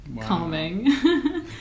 calming